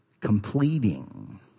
completing